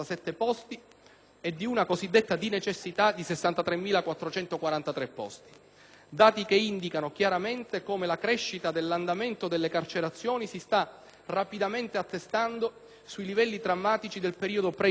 e di una cosiddetta di necessità di 63.443 posti - dati che indicano chiaramente come la crescita dell'andamento delle carcerazioni si sta rapidamente attestando sui livelli drammatici del periodo pre-indulto.